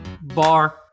bar